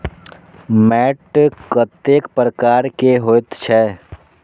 मैंट कतेक प्रकार के होयत छै?